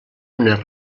unes